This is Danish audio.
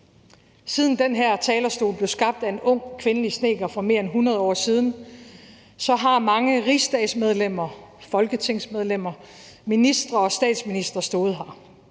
Siden den her talerstol blev skabt af en ung kvindelig snedker for mere end 100 år siden, har mange rigsdagsmedlemmer, folketingsmedlemmer, ministre og statsministre stået her.